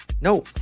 No